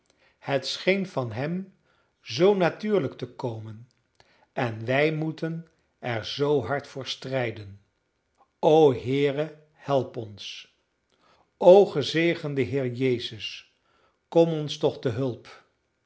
het scheen van hem zoo natuurlijk te komen en wij moeten er zoo hard voor strijden o heere help ons o gezegende heer jezus kom ons toch te hulp